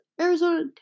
Arizona